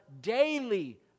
daily